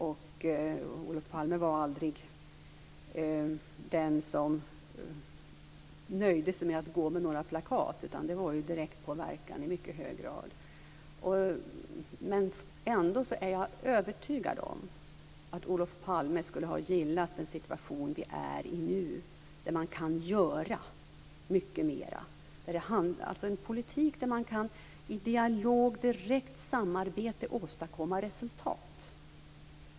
Olof Palme var aldrig den som nöjde sig med att gå med några plakat. Det var i mycket hög grad direktpåverkan som gällde. Men ändå är jag övertygad om att Olof Palme skulle ha gillat den situation som vi befinner oss i nu, där man kan göra mycket mera, dvs. en politik där man i dialog och i direkt samarbete kan åstadkomma resultat.